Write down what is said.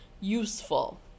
useful